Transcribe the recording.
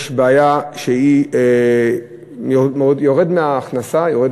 יש בעיה, שיורדת ההכנסה, יורדת